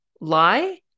lie